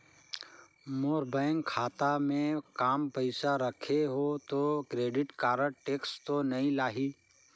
मोर bank खाता मे काम पइसा रखे हो तो क्रेडिट कारड टेक्स तो नइ लाही???